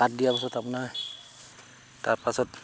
ভাত দিয়াৰ পাছত আপোনাৰ তাৰ পাছত